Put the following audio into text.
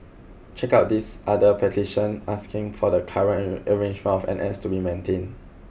check out this other petition asking for the current arrangement of N S to be maintained